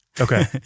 Okay